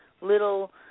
little